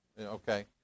okay